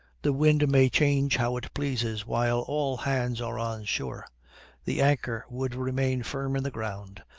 the wind may change how it pleases while all hands are on shore the anchor would remain firm in the ground,